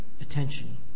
attention